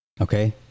Okay